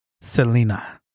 Selena